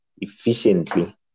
efficiently